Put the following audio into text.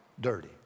dirty